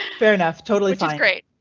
fair enough, totally fine, right?